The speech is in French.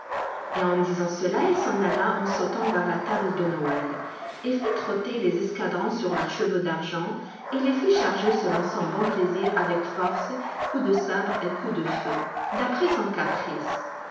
et en disant cela il s'en alla en sautant vers la table de noël et fit trotter les escadrons sur leurs chevaux d'argent et les fit charger selon son bon plaisir avec force coups de sabres et coups de feu d'après son caprice